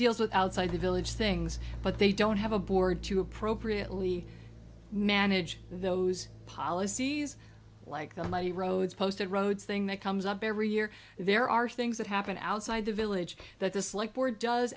deals with outside the village things but they don't have a board to appropriately manage those policies like the money roads posted roads thing that comes up every year there are things that happen outside the village that this like board does